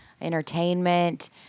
entertainment